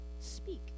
speak